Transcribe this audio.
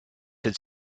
had